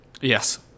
Yes